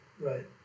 Right